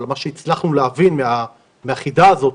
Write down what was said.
אבל מה שהצלחנו להבין מהחידה הזאת,